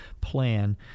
plan